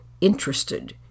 interested